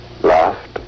laughed